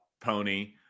pony